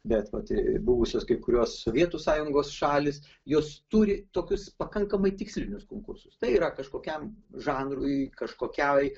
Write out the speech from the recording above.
bet vat buvusios kai kurios sovietų sąjungos šalys jos turi tokius pakankamai tikslinius konkursus tai yra kažkokiam žanrui kažkokiai